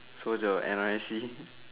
so what's your N_R_I_C